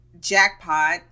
jackpot